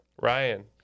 Ryan